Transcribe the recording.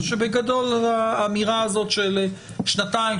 או שבגדול האמירה הזאת של שנתיים,